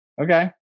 okay